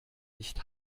nicht